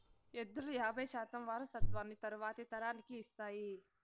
ఎద్దులు యాబై శాతం వారసత్వాన్ని తరువాతి తరానికి ఇస్తాయి